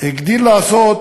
הגדיל לעשות